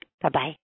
Bye-bye